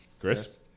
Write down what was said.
Chris